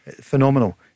phenomenal